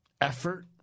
effort